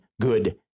good